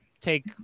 Take